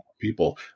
people